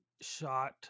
shot